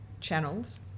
channels